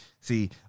see